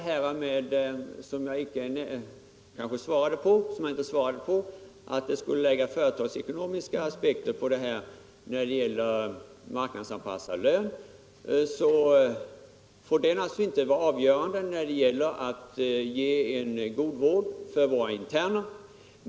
När det sedan gäller att lägga företagsekonomiska aspekter på marknadsanpassad lön får det naturligtvis inte vara avgörande för att kunna ge en god vård åt våra interner.